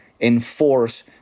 enforce